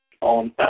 on